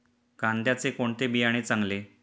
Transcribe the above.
कांद्याचे कोणते बियाणे चांगले?